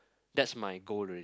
that's my goal alrea~